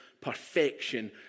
perfection